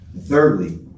Thirdly